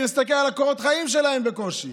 להסתכל על קורות חיים שלהם זה בקושי,